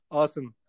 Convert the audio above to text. awesome